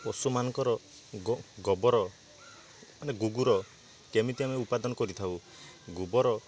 ପଶୁମାନଙ୍କର ଗୋ ଗୋବର ମାନେ ଗୁଗୁର କେମିତି ଆମେ ଉପାଦାନ କରିଥାଉ ଗୁବର